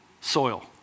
soil